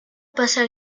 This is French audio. passa